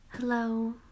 Hello